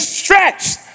stretched